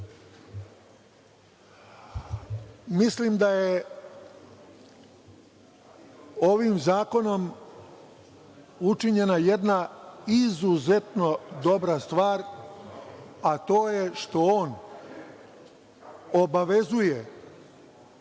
planu. Mislim da je ovim zakonom učinjena jedna izuzetno dobra stvar, a to je što on obavezuje